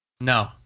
No